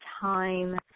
time